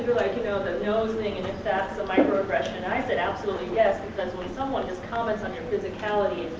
you know the nose thing, if that's a microaggresion and i said absolutely yes, because when someone is commenting on your physicality,